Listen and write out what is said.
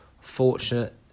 fortunate